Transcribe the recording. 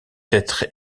être